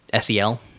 SEL